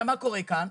עכשיו מה קורה כאן?